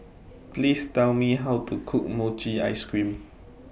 Please Tell Me How to Cook Mochi Ice Cream